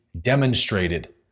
demonstrated